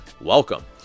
Welcome